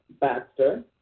Baxter